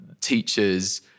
teachers